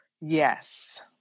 Yes